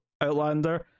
Outlander